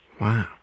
Wow